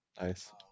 nice